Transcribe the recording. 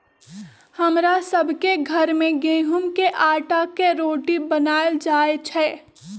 हमरा सभ के घर में गेहूम के अटा के रोटि बनाएल जाय छै